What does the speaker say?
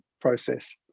process